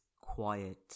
quiet